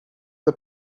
the